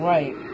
Right